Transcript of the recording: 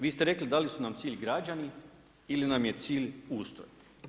Vi ste rekli da li su nam cilj građani ili nam je cilj ustroj.